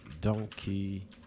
Donkey